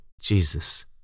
Jesus